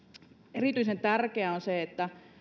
erityisen tärkeää on se että